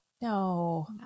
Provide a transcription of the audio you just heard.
no